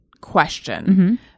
question